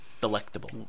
delectable